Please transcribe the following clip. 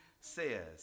says